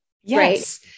yes